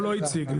המצגת.